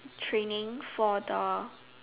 trainings for the